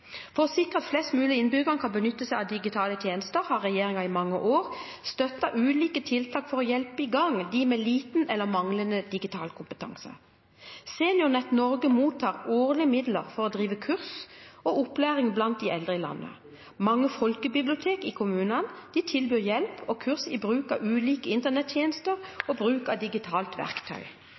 For å sikre at flest mulig innbyggere kan benytte seg av digitale tjenester har regjeringen i mange år støttet ulike tiltak for å hjelpe i gang dem med liten eller manglende digital kompetanse. Seniornett Norge mottar årlig midler for å drive kurs og opplæring blant de eldre i landet. Mange folkebibliotek i kommunene tilbyr hjelp og kurs i bruk av ulike internettjenester og bruk av digitale verktøy.